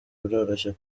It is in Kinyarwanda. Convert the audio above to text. biroroshye